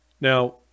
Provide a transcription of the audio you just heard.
Now